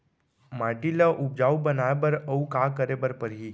माटी ल उपजाऊ बनाए बर अऊ का करे बर परही?